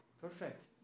perfect